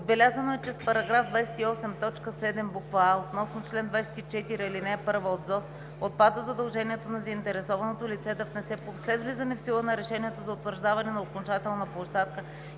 Отбелязано е, че с § 28, т. 7, буква „а“ (относно чл. 24, ал. 1 от ЗОЗЗ) отпада задължението на заинтересованото лице да внесе ПУП след влизане в сила на решението за утвърждаване на окончателна площадка